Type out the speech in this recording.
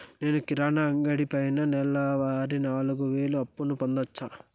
నేను కిరాణా అంగడి పైన నెలవారి నాలుగు వేలు అప్పును పొందొచ్చా?